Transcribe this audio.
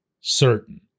certain